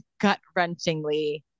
gut-wrenchingly